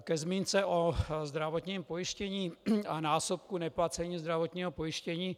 Ke zmínce o zdravotním pojištění a násobku neplacení zdravotního pojištění.